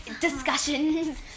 discussions